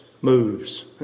moves